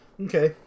Okay